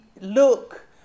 Look